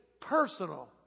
personal